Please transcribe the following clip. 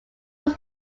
was